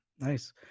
Nice